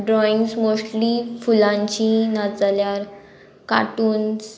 drawings mostly फुलांची नाजाल्यार cartoons